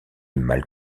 mal